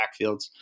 backfields